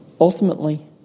Ultimately